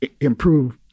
improve